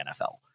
NFL